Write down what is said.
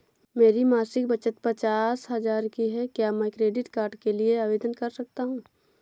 मेरी मासिक बचत पचास हजार की है क्या मैं क्रेडिट कार्ड के लिए आवेदन कर सकता हूँ?